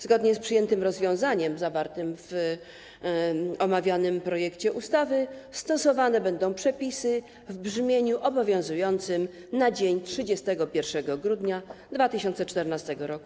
Zgodnie z przyjętym rozwiązaniem zawartym w omawianym projekcie ustawy stosowane będą przepisy w brzmieniu obowiązującym na dzień 31 grudnia 2014 r.,